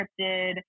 scripted